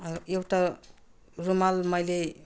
एउटा रुमाल मैले